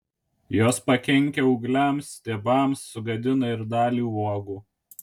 jos pakenkia ūgliams stiebams sugadina ir dalį uogų